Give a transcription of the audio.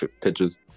pictures